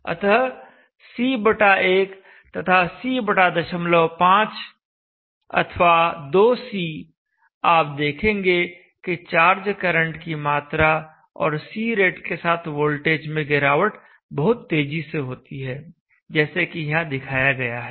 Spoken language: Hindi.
अतः C1 तथा C05 अथवा 2C आप देखेंगे कि चार्ज करंट की मात्रा और C रेट के साथ वोल्टेज में गिरावट बहुत तेजी से होती है जैसे कि यहां दिखाया गया है